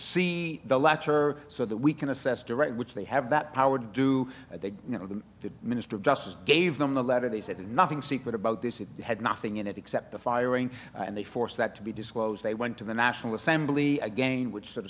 see the letter so that we can assess the right which they have that power to do they you know the minister of justice gave them the letter they said nothing secret about this it had nothing in it except the firing and they force that to be disclosed they went to the national assembly again which sort of